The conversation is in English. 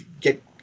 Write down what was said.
get